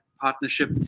partnership